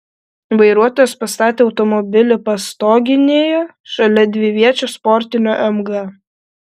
vairuotojas pastatė automobilį pastoginėje šalia dviviečio sportinio mg